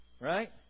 Right